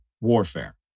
warfare